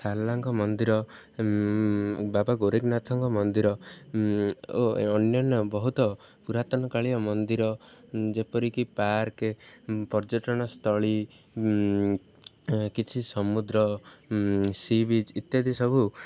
ସାରଳାଙ୍କ ମନ୍ଦିର ବାବା ଗୋରେଗନାଥଙ୍କ ମନ୍ଦିର ଓ ଅନ୍ୟ ବହୁତ ପୁରାତନକାଳୀ ମନ୍ଦିର ଯେପରିକି ପାର୍କ ପର୍ଯ୍ୟଟନସ୍ଥଳୀ କିଛି ସମୁଦ୍ର ସି ବିଚ୍ ଇତ୍ୟାଦି ସବୁ